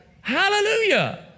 Hallelujah